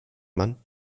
man